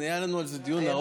היה לנו על זה דיון ארוך.